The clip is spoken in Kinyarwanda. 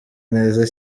neza